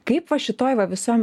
kaip va šitoj va visam